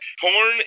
porn